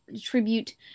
tribute